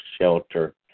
shelter